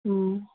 ꯎꯝ